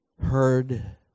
heard